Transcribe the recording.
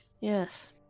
Yes